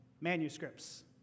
manuscripts